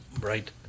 right